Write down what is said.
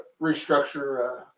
restructure